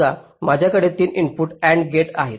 समजा माझ्याकडे 3 input AND gate आहे